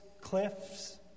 cliffs